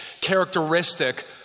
characteristic